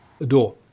adore